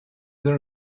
there